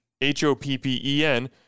H-O-P-P-E-N